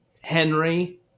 Henry